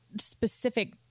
specific